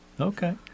Okay